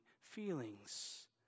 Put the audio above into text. feelings